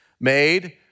made